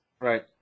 Right